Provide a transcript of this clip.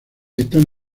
están